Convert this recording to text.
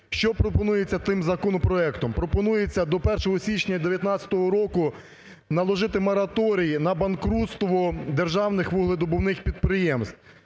Що пропонується тим законопроектом? Пропонується до 1 січня 19 року наложити мораторій на банкрутство державних вуглевидобувних підприємств.